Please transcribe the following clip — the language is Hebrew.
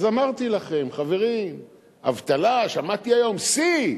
אז אמרתי לכם, חברים: אבטלה, שמעתי היום על שיא.